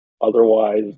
Otherwise